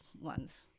ones